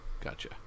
gotcha